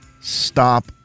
stop